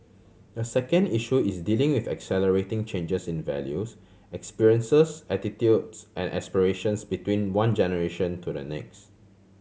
the second issue is dealing with accelerating changes in values experiences attitudes and aspirations between one generation to the next